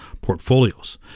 portfolios